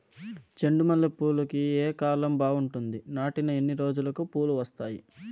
చెండు మల్లె పూలుకి ఏ కాలం బావుంటుంది? నాటిన ఎన్ని రోజులకు పూలు వస్తాయి?